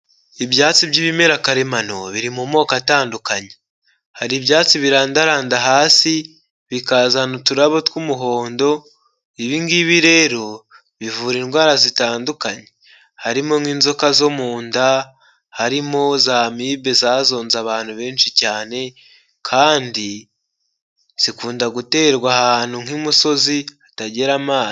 Ibyatsi by'ibimera karemano biri mu moko atandukanye. Hari ibyatsi birandaranda hasi bikazana uturabo tw'umuhondo. Ibi ngibi rero bivura indwara zitandukanye, harimo nk'inzoka zo mu nda, harimo za amibe zazonze abantu benshi cyane, kandi zikunda guterwa ahantu nk'imusozi hatagera amazi.